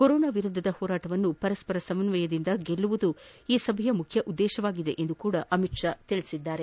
corona ವಿರುದ್ದದ ಹೋರಾಟವನ್ನು ಪರಸ್ಪರ ಸಮನ್ವಯದಿಂದ ಗೆಲ್ಲುವುದು ಈ ಸಭೆಯ ಮುಖ್ಯ ಉದ್ದೇಶವಾಗಿದೆ ಎಂದು ಅಮಿತ್ ಶಾ ಹೇಳಿದ್ದಾರೆ